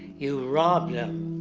you rob them.